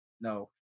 No